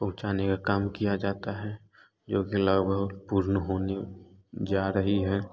पहुँचाने का काम किया जाता है जो कि लगभग पुर्ण होनी जा रही है